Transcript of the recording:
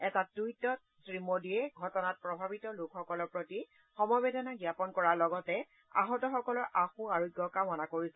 এটা টুইটত শ্ৰীমোডীয়ে ঘটনাত প্ৰভাৱিত লোকসকলৰ প্ৰতি সমবেদনা জ্ঞাপন কৰাৰ লগতে আহতসকলৰ আশু আৰোগ্য কামনা কৰিছে